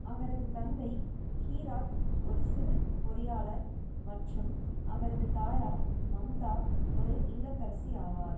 அவரது தந்தை ஹீராக் ஒரு சிவில் பொறியாளர் மற்றும் அவரது தாயார் மம்தா ஒரு இல்லத்தரசி ஆவார்